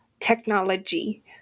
technology